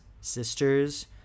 sisters